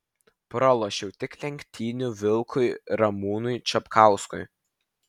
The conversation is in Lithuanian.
pralošiau tik lenktynių vilkui ramūnui čapkauskui